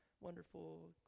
Wonderful